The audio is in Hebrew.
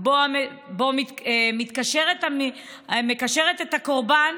שבה מתקשרת הקורבן